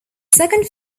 second